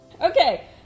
Okay